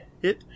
hit